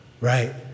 right